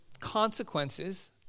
consequences